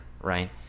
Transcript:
right